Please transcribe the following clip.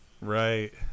Right